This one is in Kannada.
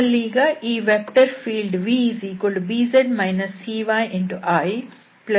ನಮ್ಮಲ್ಲೀಗ ಈ ವೆಕ್ಟರ್ ಫೀಲ್ಡ್ vijk ಇದೆ